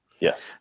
Yes